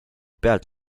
pealt